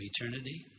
eternity